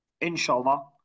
inshallah